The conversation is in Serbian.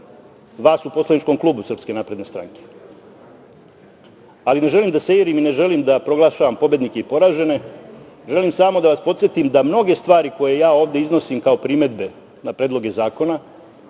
vas u poslaničkom klubu SNS, ali ne želim da seirim i da proglašavam pobednike i poražene, želim samo da vas podsetim da mnoge stvari, koje ja ovde iznosim kao primedbe na predloge zakona,